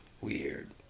weird